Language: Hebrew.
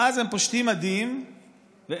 ואז הם פושטים מדים ואיכשהו,